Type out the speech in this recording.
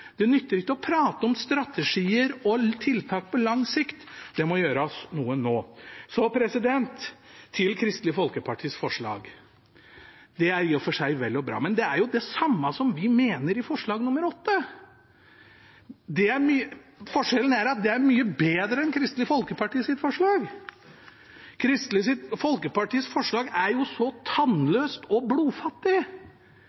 Det nytter ikke å prate om strategier og tiltak på lang sikt. Det må gjøres noe nå. Så til Kristelig Folkepartis forslag: Det er i og for seg vel og bra, men det er jo det samme som vi mener i forslag nr. 8. Forskjellen er at det er mye bedre enn Kristelig Folkepartis forslag. Kristelig Folkepartis forslag er jo så